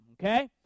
Okay